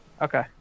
Okay